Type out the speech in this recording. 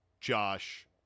Josh